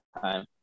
time